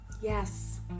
Yes